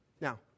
Now